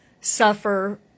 suffer